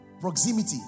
Proximity